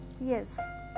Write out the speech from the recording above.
Yes